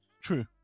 True